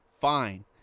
Fine